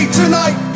tonight